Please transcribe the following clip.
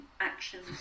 actions